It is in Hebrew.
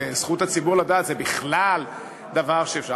וזכות הציבור לדעת זה בכלל דבר שאפשר,